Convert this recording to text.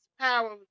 power